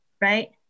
right